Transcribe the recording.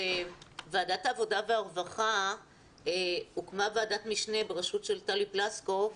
בוועדת העבודה והרווחה הוקמה ועדת משנה בראשות טלי פלוסקוב,